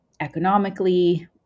economically